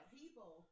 people